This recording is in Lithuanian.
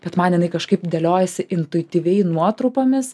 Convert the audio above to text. bet man jinai kažkaip dėliojasi intuityviai nuotrupomis